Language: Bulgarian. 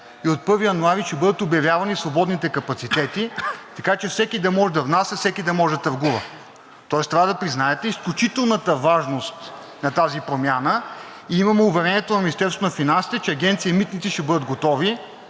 и от 1 януари ще бъдат обявявани свободните капацитети, така че всеки да може да внася, всеки да може да търгува, тоест трябва да признаете изключителната важност на тази промяна. Имаме уверението на Министерството